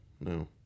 No